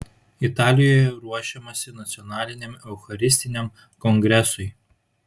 italijoje ruošiamasi nacionaliniam eucharistiniam kongresui